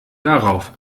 darauf